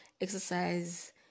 exercise